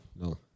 No